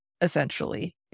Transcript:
essentially